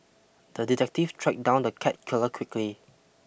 the detective tracked down the cat killer quickly